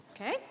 okay